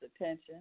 attention